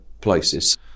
places